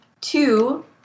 Two